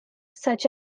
such